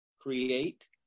create